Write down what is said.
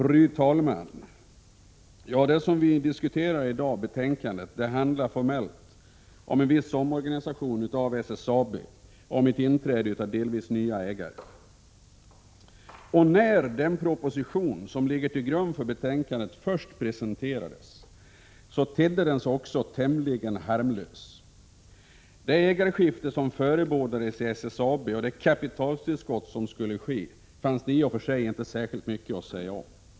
Fru talman! Det betänkande som vi i dag diskuterar handlar formellt om en viss omorganisation av SSAB och ett inträde av delvis nya ägare. När den proposition som ligger till grund för betänkandet först presenterades tedde den sig också tämligen harmlös. Det ägarskifte som förebådades i SSAB och det kapitaltillskott som skulle ske fanns det i och för sig inte särskilt mycket säga om.